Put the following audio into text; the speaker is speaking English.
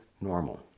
normal